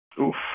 Oof